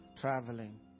traveling